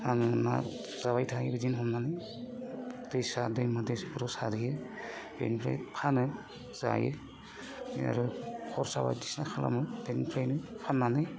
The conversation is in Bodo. आं ना जाबाय थायो बिदिनो हमनानै दैसा दैमा दैसाफ्राव सारहैयो बेनिफ्राय फानो जायो बिदिनो आरो खरसा बायदिसिना खालामो बेनिफ्रायनो फाननानै